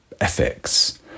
ethics